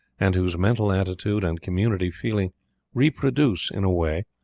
and whose mental attitude and community feeling reproduce, in a way,